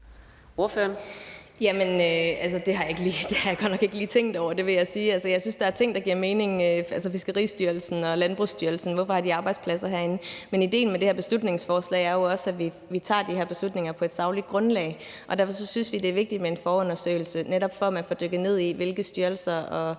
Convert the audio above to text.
Det har jeg godt nok ikke lige tænkt over, det vil jeg sige. Jeg synes, der er ting, hvor det giver mening, altså Fiskeristyrelsen og Landbrugsstyrelsen. Hvorfor har de arbejdspladser herinde? Men idéen med det her beslutningsforslag er jo også, at vi tager de her beslutninger på et sagligt grundlag, og derfor synes vi, det er vigtigt med en forundersøgelse, for at man netop får dykket ned i, hvilke styrelser